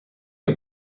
you